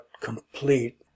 complete